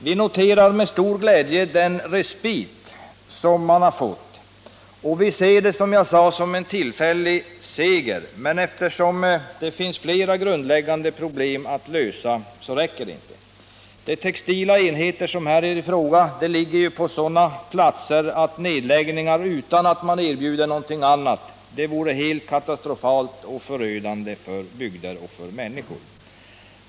Vi noterar med stor glädje den respit man har fått. Vi ser det, som jag sade, som en tillfällig seger. Men eftersom det finns flera grundläggande problem att lösa, räcker det inte. De textila enheter som här är i fråga ligger på sådana platser att nedläggningar utan att man erbjuder något annat arbete vore helt katastrofalt och förödande för bygder och människor.